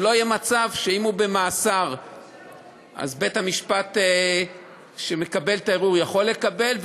שלא יהיה מצב שאם הוא במאסר אז בית-המשפט שמקבל את הערעור יכול לקבל,